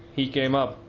he came up.